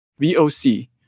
VOC